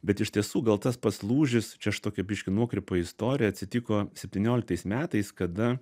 bet iš tiesų gal tas pats lūžis čia aš tokią biškį nuokrypą istorija atsitiko septynioliktais metais kada